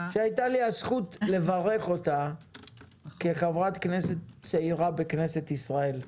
שהייתה לי הזכות לברך אותה כחברת כנסת צעירה בכנסת ישראל.